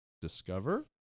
Discover